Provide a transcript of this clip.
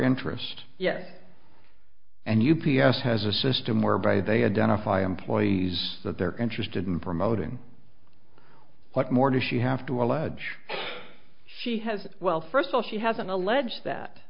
interest yet and u p s has a system whereby they identify employees that they're interested in promoting what more does she have to allege she has well first of all she has an alleged that